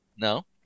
No